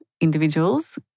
individuals